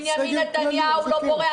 השנה אני לא אלך לבית כנסת,